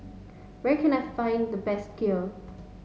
where can I find the best Kheer